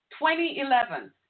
2011